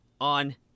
on